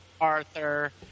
Arthur